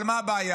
אבל מה הבעיה?